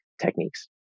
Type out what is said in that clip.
techniques